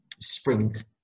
Sprint